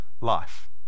life